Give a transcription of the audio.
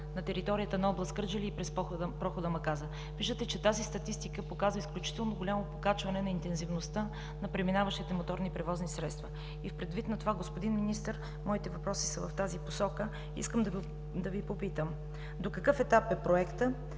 на територията на област Кърджали и през прохода Маказа. Виждате, че тази статистика показва изключително голямо покачване на интензивността на преминаващите моторни превозни средства. Предвид на това, господин Министър, моите въпроси са в тази посока. Искам да Ви попитам: до какъв етап е проектът?